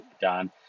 done